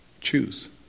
Choose